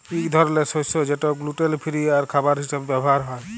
ইক ধরলের শস্য যেট গ্লুটেল ফিরি আর খাবার হিসাবে ব্যাভার হ্যয়